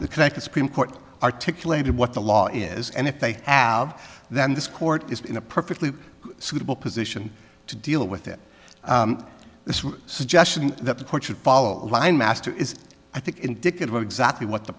court articulated what the law is and if they have then this court is in a perfectly suitable position to deal with it this suggestion that the court should follow a line master is i think indicative of exactly what the